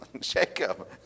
Jacob